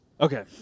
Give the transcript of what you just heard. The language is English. okay